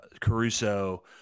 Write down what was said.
Caruso